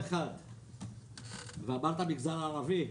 לחניון אחד למגזר הערבי.